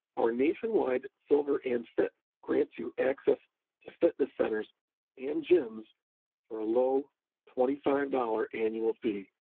our nationwide silver and fit grants you access to fitness centers and gyms for a low twenty five dollars annual fee.